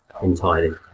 Entirely